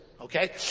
Okay